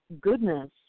goodness